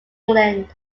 england